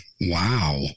Wow